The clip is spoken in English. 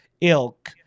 ilk